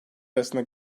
arasında